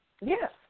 Yes